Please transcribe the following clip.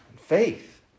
faith